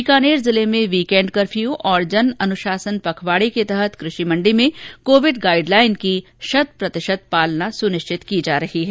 बीकानेर जिले में weekend curfew और जन अनुशासन पखवाडे के तहत कृषि मण्डी में कोविड गाइड लाईन की शत प्रतिशत पालना सुनिश्चित की जा रही है